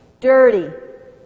dirty